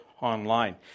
online